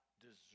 deserve